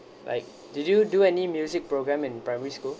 like did you do any music program in primary school